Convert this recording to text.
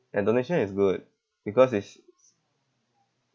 and donation is good because is